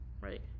right